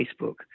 Facebook